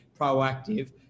proactive